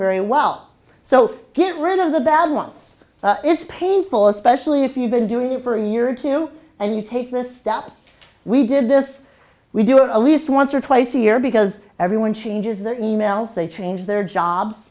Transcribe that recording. very well so get rid of the balance is painful especially if you've been doing it for a year or two and you take this step we did this we do it a least once or twice a year because everyone changes the e mails they change their jobs